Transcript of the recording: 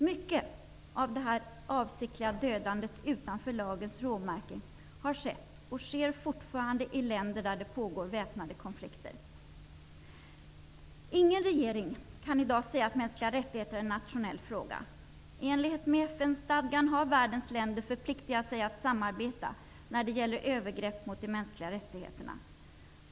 Mycket av det avsiktliga dödandet utanför lagens råmärken har skett, och sker fortfarande, i länder där det pågår väpnade konflikter. Ingen regering kan i dag säga att mänskliga rättigheter är en nationell fråga. I enlighet med FN stadgan har världens länder förpliktigat sig att samarbeta när det gäller övergrepp mot de mänskliga rättigheterna.